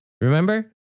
Remember